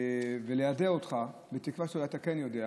וליידע אותך, בתקווה שאתה כן יודע,